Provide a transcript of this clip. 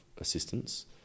assistance